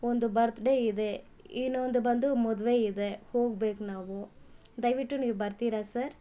ಒಂದು birthday ಇದೆ ಇನ್ನೊಂದು ಬಂದು ಮದುವೆ ಇದೆ ಹೋಗ್ಬೇಕು ನಾವು ದಯವಿಟ್ಟು ನೀವು ಬರ್ತೀರ ಸರ್